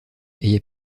est